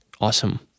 awesome